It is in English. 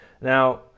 now